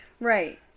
Right